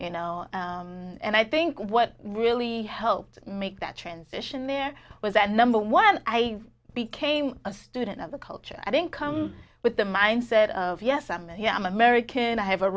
you know and i think what really helped make that transition there was that number one i became a student of the culture i didn't come with the mindset of yes i'm here i'm american i have a